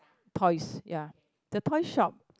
toys ya the toy shop